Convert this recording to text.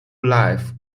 life